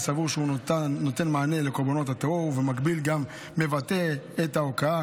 אני סבור שהוא נותן מענה לקורבנות הטרור ובמקביל גם מבטא את ההוקעה